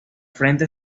frente